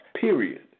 period